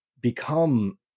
become